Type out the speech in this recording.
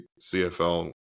CFL